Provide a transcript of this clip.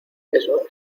eso